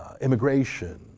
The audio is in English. immigration